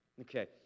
Okay